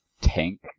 tank